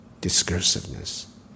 discursiveness